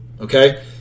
Okay